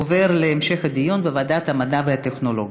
עובר להמשך הדיון בוועדת המדע והטכנולוגיה.